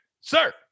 sir